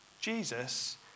Jesus